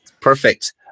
Perfect